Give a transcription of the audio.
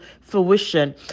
fruition